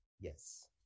yes